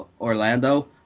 Orlando